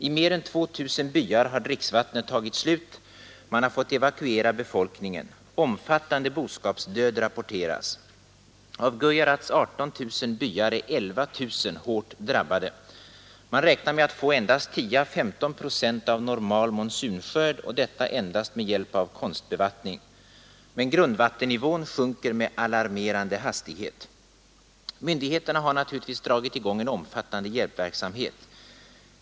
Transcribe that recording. I mer än 2000 byar har dricksvattnet tagit slut, vilket framtvingat en evakuering av befolkningen. Omfattande boskapsdöd rapporteras. Av Gujarats 18 000 byar är 11 000 hårt drabbade. Man räknar nu med att få bara 10 å 15 procent av normal monsunskörd, och detta endast med hjälp av konstbevattning. Grundvattennivån sjunker dock med alarmerande hastighet. Myndigheterna har naturligtvis dragit i gång en omfattande hjälpverksamhet.